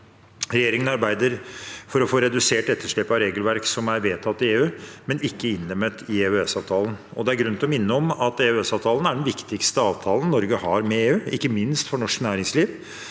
Regjeringen arbeider for å få redusert etterslep av regelverk som er vedtatt i EU, men ikke innlemmet i EØS-avtalen. Det er grunn til å minne om at EØS-avtalen er den viktigste avtalen Norge har med EU, ikke minst for norsk næringsliv.